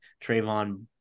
Trayvon